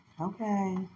Okay